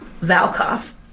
Valkov